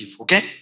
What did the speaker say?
Okay